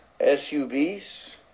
SUVs